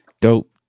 dope